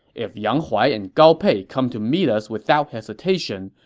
if yang huai and gao pei come to meet us without hesitation,